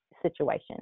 situation